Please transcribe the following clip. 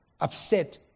upset